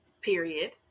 period